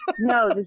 No